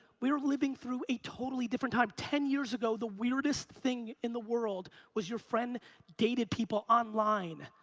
we're living through a totally different time. ten years ago, the weirdest thing in the world was your friend dated people online.